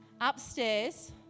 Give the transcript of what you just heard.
upstairs